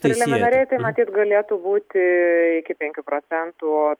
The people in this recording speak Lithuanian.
preliminariai tai matyt galėtų būti iki penkių procentų